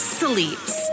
sleeps